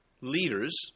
leaders